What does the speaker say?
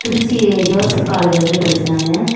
Trichy Joseph காலேஜ்ல போய் படிச்சேன் நான்